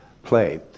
play